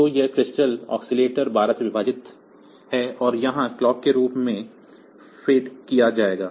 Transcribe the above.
तो यह crystal oscillator 12 से विभाजित है और यहां क्लॉक के रूप में फेड किआ जायेगा